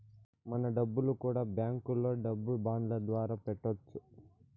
మన డబ్బులు కూడా బ్యాంకులో డబ్బు బాండ్ల ద్వారా పెట్టొచ్చు